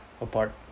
apart